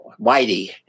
Whitey